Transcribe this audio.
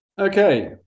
Okay